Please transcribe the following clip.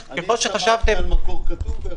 הסתמכתי על מקור כתוב.